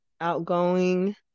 outgoing